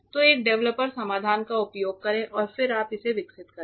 तो एक डेवलपर समाधान का उपयोग करें और फिर आप इसे विकसित करें